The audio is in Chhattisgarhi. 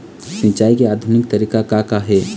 सिचाई के आधुनिक तरीका का का हे?